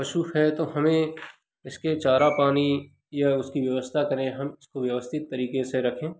पशु है तो हमें इसके चारा पानी या उसकी व्यवस्था करें हम उसको व्यवस्थित तरीके से रखें